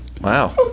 Wow